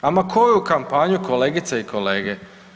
Ama koju kampanju kolegice i kolege?